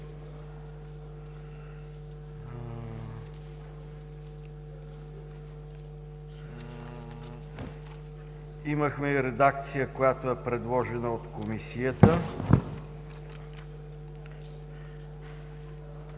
Имаме и редакция, която е предложена от Комисията.